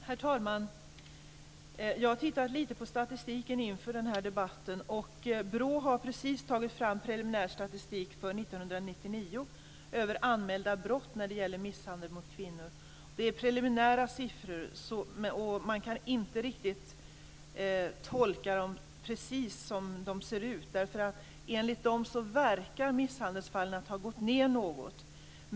Herr talman! Jag har tittat lite på statistiken inför den här debatten. BRÅ har precis tagit fram preliminär statistik för 1999 över anmälda brott när det gäller misshandel mot kvinnor. Det är preliminära siffror. Man kan inte riktigt tolka dem, så som de ser ut. Enligt dem verkar nämligen misshandelsfallen ha gått ned något.